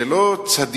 זה לא צדיקים.